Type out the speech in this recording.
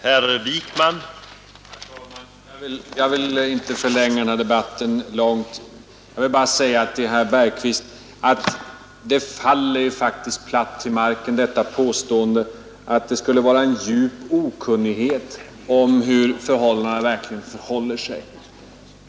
Herr talman! Jag skall inte förlänga den här debatten mycket; jag vill bara säga några ord till herr Bergqvist. Herr Bergqvists påstående att det inom oppositionen råder djup okunnighet om hur det verkligen förhåller sig faller platt till marken.